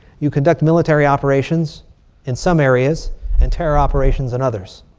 you conduct military operations in some areas and terror operations in others